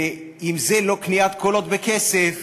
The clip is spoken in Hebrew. ואם זה לא קניית קולות בכסף,